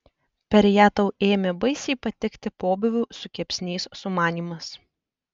per ją tau ėmė baisiai patikti pobūvių su kepsniais sumanymas